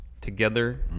Together